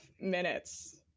minutes